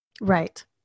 Right